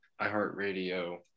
iHeartRadio